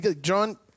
John